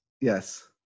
Yes